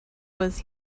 was